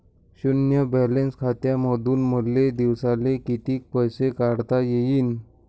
शुन्य बॅलन्स खात्यामंधून मले दिवसाले कितीक पैसे काढता येईन?